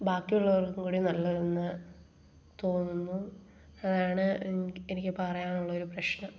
ബാക്കിയുള്ളവർക്കും കൂടി നല്ലതെന്ന് തോന്നുന്നു അതാണ് എനിക്ക് പറയാനുള്ളൊരു പ്രശ്നം